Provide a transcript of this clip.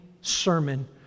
sermon